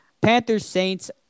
Panthers-Saints